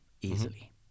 easily